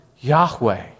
Yahweh